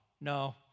no